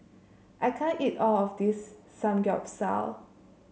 I can't eat all of this Samgeyopsal